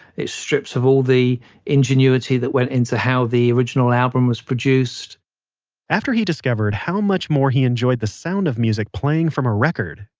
stripped of all the ingenuity that went into how the original album was produced after he discovered how much more he enjoyed the sound of music playing from a record,